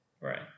Right